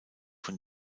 von